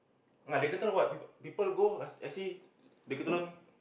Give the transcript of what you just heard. ah decathlon what people go I see decathlon